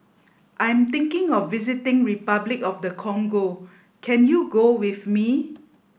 I'm thinking of visiting Repuclic of the Congo can you go with me